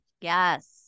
Yes